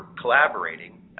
collaborating